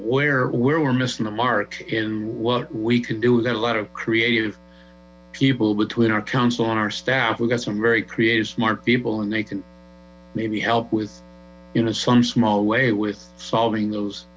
where we're we're missing the mark in what we could do without a lot of creative people between our council and our staff we've got some very creative smart people and they can maybe help with some small way with solving those